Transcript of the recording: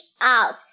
out